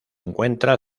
encuentra